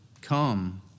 come